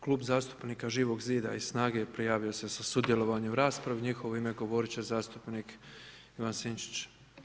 Klub zastupnika Živog zida i SNAGA-e prijavio se za sudjelovanje u raspravi, u njihovo ime govorit će zastupnik Ivan Sinčić.